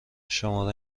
شماره